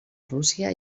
rússia